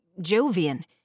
Jovian